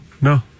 No